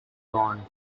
torn